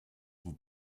vous